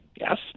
Yes